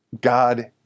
God